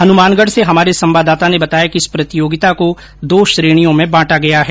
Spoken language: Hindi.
हनुमानगढ़ से हमारे संवाददाता ने बताया कि इस प्रतियोगिता को दो श्रेणियों में बांटा गया हैं